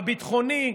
הביטחוני,